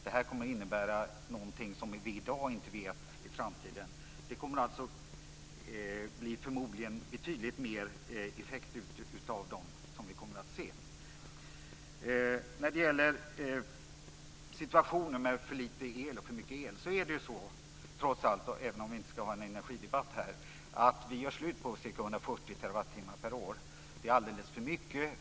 Vi kommer i framtiden förmodligen att få ut betydligt större effekt av dem. Vad gäller situationer med för lite och för mycket el är det så - det vill jag säga även om vi inte ska ha en energidebatt här - att vi gör av med ca 140 terawattimmar per år. Det är alldeles för mycket.